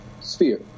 sphere